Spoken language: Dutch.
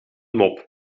mop